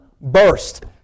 burst